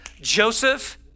Joseph